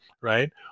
Right